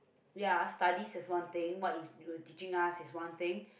ya studies is one thing what you you teaching us is one thing